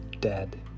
dead